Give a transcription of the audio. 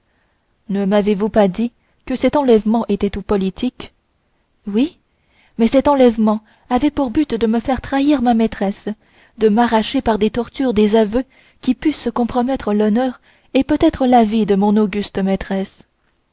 ne m'avez-vous pas dit que cet enlèvement était tout politique oui mais cet enlèvement avait pour but de me faire trahir ma maîtresse de m'arracher par des tortures des aveux qui pussent compromettre l'honneur et peut-être la vie de mon auguste maîtresse